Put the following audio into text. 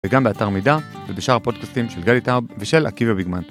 וגם באתר מידע ובשאר הפוטקוסטים של גלי טארב ושל עקיבא ביגמנט